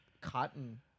cotton